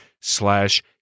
slash